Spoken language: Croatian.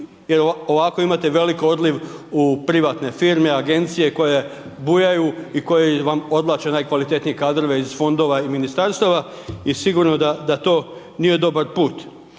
jer ovako imate veliki odliv u privatne firme, agencije koje bujaju i koje vam odvlače najkvalitetnije kadrove iz fondova i ministarstava i sigurno da to nije dobar put.